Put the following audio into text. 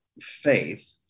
faith